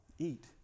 eat